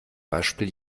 beispiel